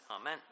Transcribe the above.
Amen